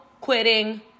quitting